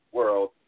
world